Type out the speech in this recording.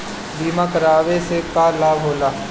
बीमा करावे से का लाभ होला?